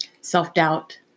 self-doubt